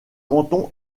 canton